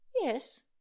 Yes